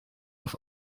auf